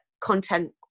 content